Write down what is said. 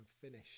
finish